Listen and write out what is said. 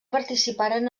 participaran